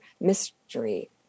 mystery